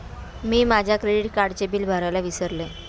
मी माझ्या क्रेडिट कार्डचे बिल भरायला विसरले